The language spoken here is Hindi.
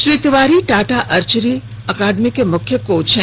श्री तिवारी टाटा आर्चरी अकादमी के मुख्य कोच हैं